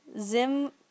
Zim